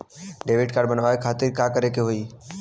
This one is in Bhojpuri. क्रेडिट कार्ड बनवावे खातिर का करे के होई?